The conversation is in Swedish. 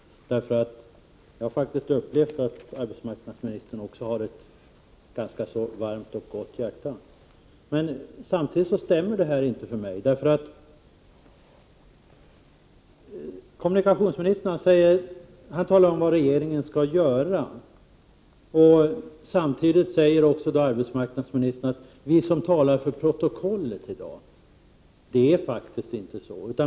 Jag har faktiskt upplevt att arbetsmarknadsministern har ett ganska varmt och gott hjärta. Bilden stämmer ändå inte för mig. Kommunikationsministern talar om vad regeringen skall göra. Samtidigt hänvisar arbetsmarknadsministern till ”dem som har talat för protokollet i dag”. Det är faktiskt inte så.